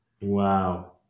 Wow